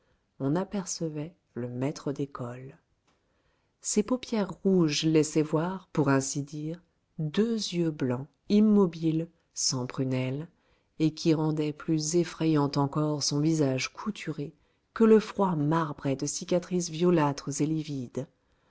on apercevait le maître d'école ses paupières rouges laissaient voir pour ainsi dire deux yeux blancs immobiles sans prunelles et qui rendaient plus effrayant encore son visage couturé que le froid marbrait de cicatrices violâtres et livides